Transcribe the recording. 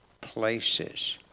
places